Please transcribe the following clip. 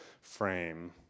frame